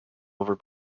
over